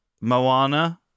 Moana